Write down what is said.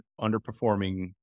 underperforming